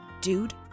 Dude